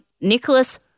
Nicholas